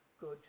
good